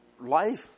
life